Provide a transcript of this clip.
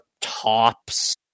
tops